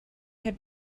have